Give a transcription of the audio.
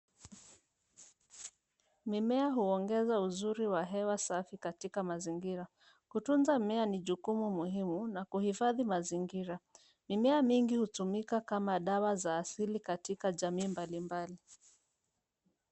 Mimea huongeza uzuri wa hewa safi katika mazingira. Kutunza mimea ni jukumu muhimu na kuhifadhi mazingira. Mimea mingi hutumika kama dawa za asili katika jamii mbalimbali.